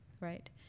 right